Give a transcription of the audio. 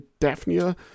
Daphnia